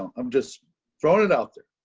i'm just throwing it out there.